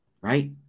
Right